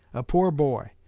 a poor boy,